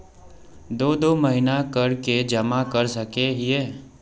दो दो महीना कर के जमा कर सके हिये?